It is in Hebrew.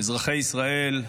אזרחי ישראל,